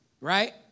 Right